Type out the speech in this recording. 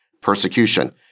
persecution